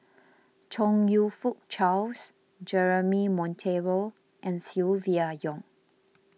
Chong You Fook Charles Jeremy Monteiro and Silvia Yong